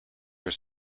your